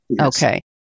Okay